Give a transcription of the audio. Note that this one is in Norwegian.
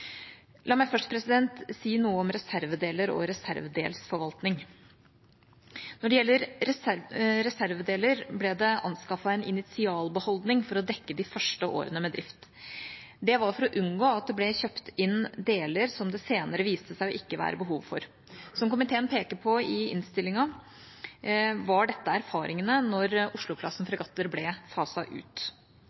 La meg først si noe om reservedeler og reservedelsforvaltning. Når det gjelder reservedeler, ble det anskaffet en initialbeholdning for å dekke de første årene med drift. Det var for å unngå at det ble kjøpt inn deler som det senere viste seg ikke å være behov for. Som komiteen peker på i innstillinga, var dette erfaringene da Oslo-klassen av fregatter ble faset ut.